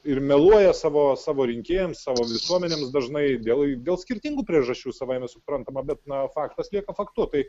ir meluoja savo savo rinkėjams savo visuomenėms dažnai dėl dėl skirtingų priežasčių savaime suprantama bet na faktas lieka faktu tai